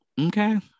okay